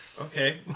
okay